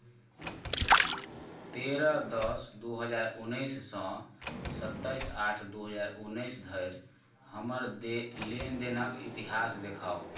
तेरह दस दुइ हजार उनैससँ सताइस आठ दुइ हजार उनैस धरि हमर दे लेनदेनक इतिहास देखाउ